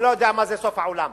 אני לא יודע מה זה סוף העולם.